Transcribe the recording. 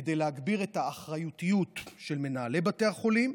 כדי להגביר את האחריותיות של מנהלי בתי החולים.